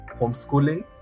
homeschooling